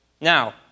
Now